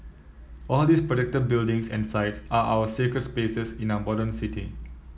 all these protected buildings and sites are our sacred spaces in our modern city